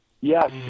Yes